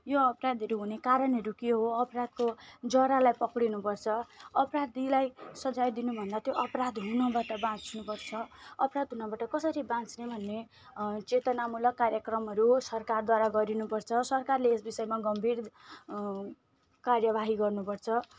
यो अपराधहरू हुने कारणहरू के हो अपराधको जरालाई पक्रिनु पर्छ अपराधीलाई सजाय दिनुभन्दा त्यो अपराध हुनबाट बाच्नु पर्छ अपराध हुनबाट कसरी बाच्ने भन्ने चेतनामूलक कार्यक्रमहरू सरकारद्वारा गरिनुपर्छ सरकारले यस बिषयमा गम्भीर कार्यवाही गर्नुपर्छ